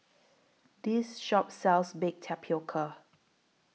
This Shop sells Baked Tapioca